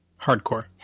hardcore